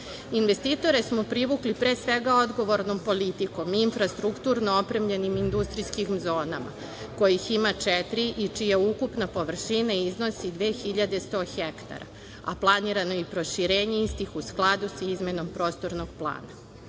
naselja. Investitore smo privukli, pre svega, odgovornom politikom, infrastrukturno opremljenim industrijskim zonama kojih ima četiri i čija ukupna površina iznosi 2.100 hektara, a planirano je i proširenje istih u skladu sa izmenom Prostornog plana. Na